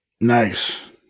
Nice